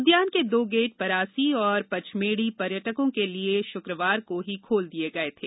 उद्यान के दो गेट परासी और पचपेढ़ी को पर्यटकों के लिए शुक्रवार को ही खोल दिए गए थे